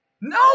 No